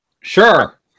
Sure